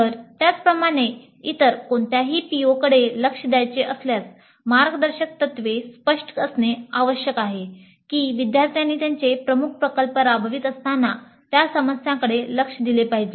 तर त्याचप्रमाणे इतर कोणत्याही PO कडे लक्ष द्यायचे असल्यास मार्गदर्शक तत्त्वे स्पष्ट असणे आवश्यक आहे की विद्यार्थ्यांनी त्यांचे मुख्य प्रकल्प राबवित असताना त्या समस्यांकडे लक्ष दिले पाहिजे